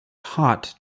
hot